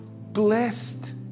blessed